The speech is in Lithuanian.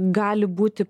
gali būti